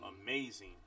Amazing